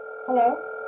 Hello